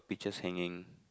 pictures hanging